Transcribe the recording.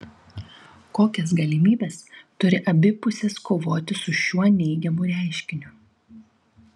kokias galimybes turi abi pusės kovoti su šiuo neigiamu reiškiniu